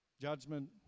judgment